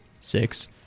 six